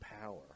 power